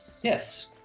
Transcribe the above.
Yes